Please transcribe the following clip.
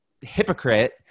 hypocrite